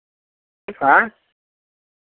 आँय